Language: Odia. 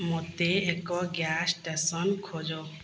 ମୋତେ ଏକ ଗ୍ୟାସ୍ ଷ୍ଟେସନ୍ ଖୋଜ